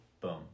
boom